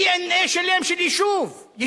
DNA של יישוב שלם.